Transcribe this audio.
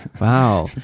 Wow